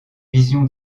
vision